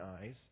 eyes